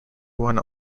one